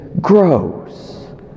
grows